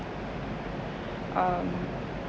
um